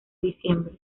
diciembre